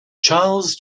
charles